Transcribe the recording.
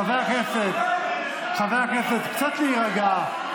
חברי הכנסת, קצת להירגע.